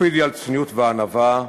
הקפידי על צניעות וענווה,